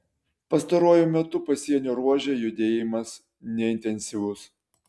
pastaruoju metu pasienio ruože judėjimas neintensyvus